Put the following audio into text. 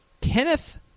Kenneth